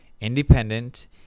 independent